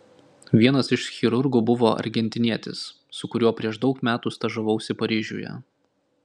vienas iš chirurgų buvo argentinietis su kuriuo prieš daug metų stažavausi paryžiuje